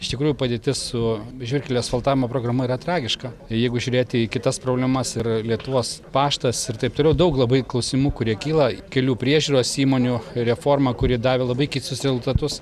iš tikrųjų padėtis su žvyrkelio asfaltavimo programa yra tragiška jeigu žiūrėti į kitas problemas ir lietuvos paštas ir taip toliau daug labai klausimų kurie kyla kelių priežiūros įmonių reforma kuri davė labai keistus rezultatus